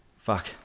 Fuck